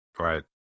right